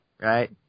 Right